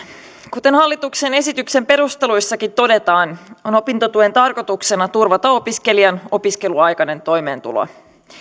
kuten hallituksen esityksen perusteluissakin todetaan on opintotuen tarkoituksena turvata opiskelijan opiskeluaikainen toimeentulo